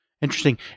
Interesting